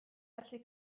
gallu